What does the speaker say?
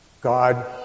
God